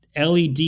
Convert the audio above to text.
LED